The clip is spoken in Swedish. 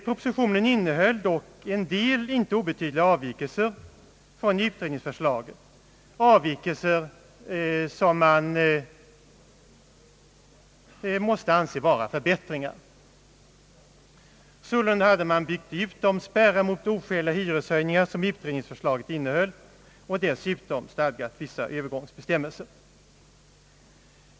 Propositionen innehöll dock en del inte obetydliga avvikelser från utredningsförslaget, avvikelser som man måste anse vara förbättringar. Sålunda hade man byggt ut de spärrar mot oskäliga hyreshöjningar som utredningsförslaget innehöll och dessutom stadgat vissa övergångsbestämmelser.